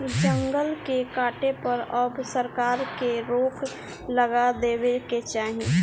जंगल के काटे पर अब सरकार के रोक लगा देवे के चाही